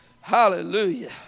Hallelujah